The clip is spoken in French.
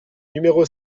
numéro